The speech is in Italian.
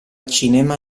cinema